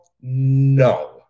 no